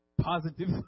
positive